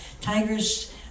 Tigers